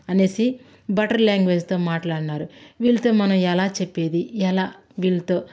అనేసి బటర్ లాంగ్వేజ్తో మాట్లాడినారు వీళ్ళతో మనం ఎలా చెప్పేది ఎలా వీళ్ళతో